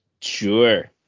Sure